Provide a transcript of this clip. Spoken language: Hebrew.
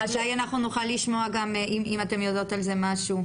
אז מתי אנחנו נוכל לשמוע גם אם אתן יודעות על זה משהו?